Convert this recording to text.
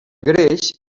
greix